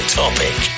topic